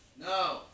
No